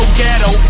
ghetto